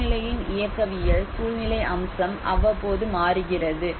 சூழ்நிலையின் இயக்கவியல் சூழ்நிலை அம்சம் அவ்வப்போது மாறுகிறது